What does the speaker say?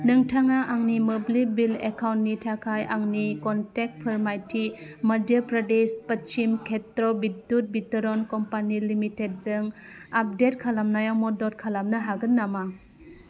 नोंथाङा आंनि मोब्लिब बिल एकाउन्टनि थाखाय आंनि कनटेक्ट फोरमायथि मध्य प्रदेश पच्छिम क्षेत्र बिदुत बितरन कम्पानि लिमिटेडजों आपडेट खालामनायाव मदद खालामनो हागोन नामा